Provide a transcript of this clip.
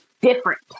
different